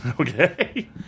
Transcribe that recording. okay